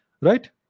right